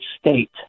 State